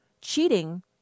Cheating